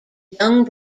young